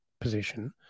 position